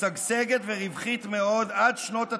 משגשגת ורווחית מאוד עד שנות התשעים,